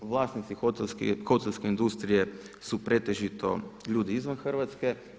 Vlasnici hotelske industrije su pretežito ljudi izvan Hrvatske.